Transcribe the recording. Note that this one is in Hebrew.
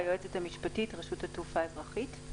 אני יועצת משפטית ברשות התעופה האזרחית.